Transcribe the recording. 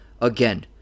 again